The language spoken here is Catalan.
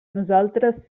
nosaltres